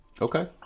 okay